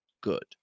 good